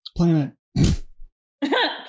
Planet